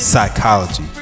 Psychology